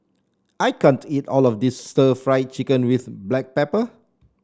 I can't eat all of this Stir Fried Chicken with Black Pepper